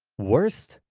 worst.